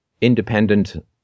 independent